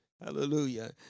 hallelujah